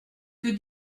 que